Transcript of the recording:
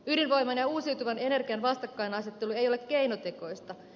ydinvoiman ja uusiutuvan energian vastakkainasettelu ei ole keinotekoista